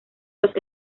los